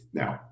now